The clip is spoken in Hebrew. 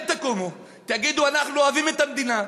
תקומו ותגידו: אנחנו אוהבים את המדינה,